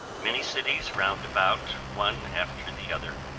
many cities roundabout, one after the other,